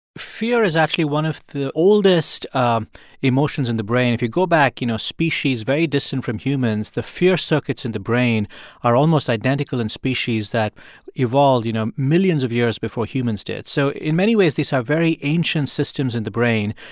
fear is actually one of the oldest um emotions in the brain. if you go back, you know, species very distant from humans, the fear circuits in the brain are almost identical in species that evolved, you know, millions of years before humans did. so in many ways, these are very ancient systems in the brain.